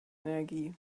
energie